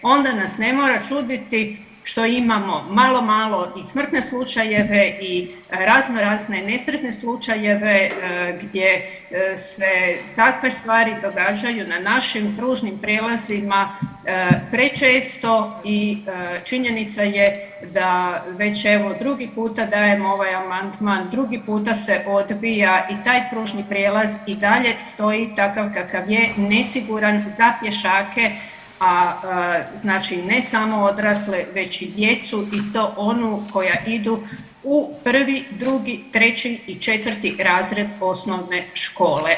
Onda nas ne mora čuditi što imamo malo-malo i smrtne slučajeve i razno razne nesretne slučajeve gdje se takve stvari događaju na našim kružnim prijelazima prečesto i činjenica je da već evo, drugi puta dajem ovaj amandman, drugi puta se odbija i taj pružni prijelaz i dalje stoji takav kakav je, nesiguran za pješake, a znači ne samo odrasle, već i djecu i to onu koja idu u 1., 2., 3. i 4. razred osnovne škole.